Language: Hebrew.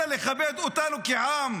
אלא לכבד אותנו כעם,